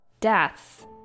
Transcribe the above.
deaths